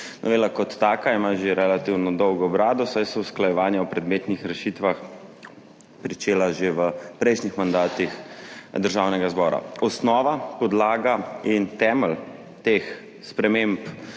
Novela kot taka ima že relativno dolgo brado, saj so usklajevanja o predmetnih rešitvah pričela že v prejšnjih mandatih Državnega zbora. Osnova, podlaga in temelj teh sprememb